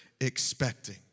expecting